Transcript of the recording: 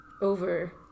over